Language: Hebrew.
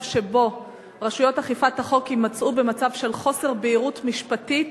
שבו רשויות אכיפת החוק יימצאו במצב של חוסר בהירות משפטית